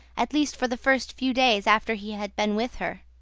at least for the first few days after he had been with her.